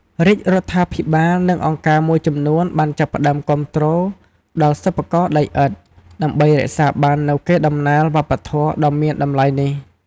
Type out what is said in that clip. រាជរដ្ឋាភិបាល និងអង្គការមួយចំនួនបានចាប់ផ្ដើមគាំទ្រដល់សិប្បករដីឥដ្ឋ ដើម្បីរក្សាបាននូវកេរដំណែលវប្បធម៌ដ៏មានតម្លៃនេះ។